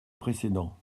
précédent